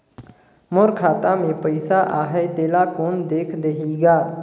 मोर खाता मे पइसा आहाय तेला कोन देख देही गा?